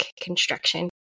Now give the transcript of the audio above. construction